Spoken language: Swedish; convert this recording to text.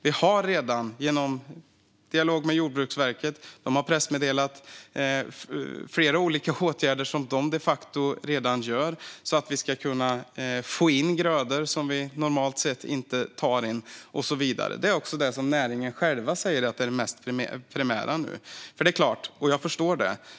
Vi har haft dialog med Jordbruksverket, som har pressmeddelat flera olika åtgärder som man de facto redan vidtar för att det ska gå att få in grödor som normalt sett inte tas in. Även näringen själv säger att detta är det mest primära nu, och jag förstår det.